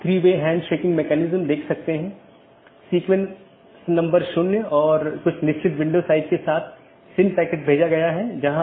तो मैं AS1 से AS3 फिर AS4 से होते हुए AS6 तक जाऊँगा या कुछ अन्य पाथ भी चुन सकता हूँ